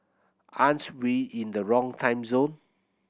aren't we in the wrong time zone